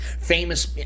famous